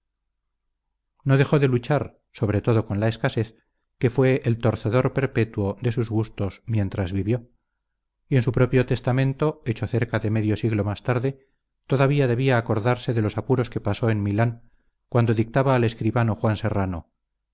no dejó de luchar sobre todo con la escasez que fue el torcedor perpetuo de sus gustos mientras vivió y en su propio testamento hecho cerca de medio siglo más tarde todavía debía acordarse de los apuros que pasó en milán cuando dictaba al escribano juan serrano